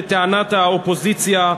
לטענת האופוזיציה,